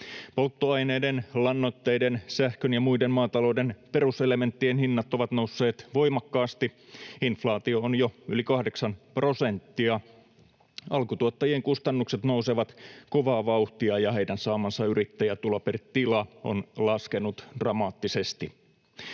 Polttoaineiden, lannoitteiden, sähkön ja muiden maatalouden peruselementtien hinnat ovat nousseet voimakkaasti, inflaatio on jo yli kahdeksan prosenttia. Alkutuottajien kustannukset nousevat kovaa vauhtia, ja heidän saamansa yrittäjätulo per tila on laskenut dramaattisesti.